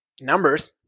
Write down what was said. numbers